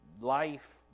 Life